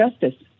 justice